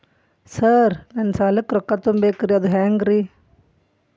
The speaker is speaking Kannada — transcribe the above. ಸರ್ ನನ್ನ ಸಾಲಕ್ಕ ರೊಕ್ಕ ತುಂಬೇಕ್ರಿ ಅದು ಹೆಂಗ್ರಿ?